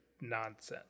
nonsense